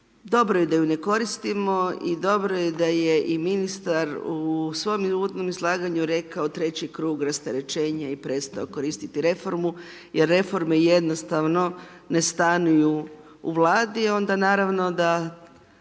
dobro je da ju ne koristimo i dobro je da je i ministar u svom uvodnom izlaganju rekao treći krug rasterećenje i prestao koristiti reformu jer reforme jednostavno ne stanuju u Vladi i onda naravno da